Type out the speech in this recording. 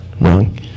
wrong